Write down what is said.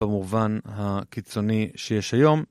במובן הקיצוני שיש היום.